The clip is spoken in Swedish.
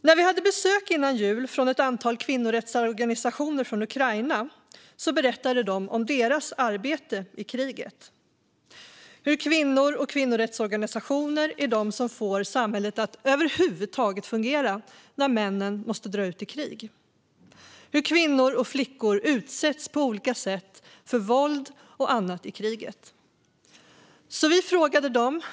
När vi före jul hade besök från ett antal kvinnorättsorganisationer från Ukraina berättade de om sitt arbete i kriget, hur kvinnor och kvinnorättsorganisationer är de som får samhället att över huvud taget fungera när männen måste dra ut i krig och hur kvinnor och flickor på olika sätt utsätts för våld och annat i kriget.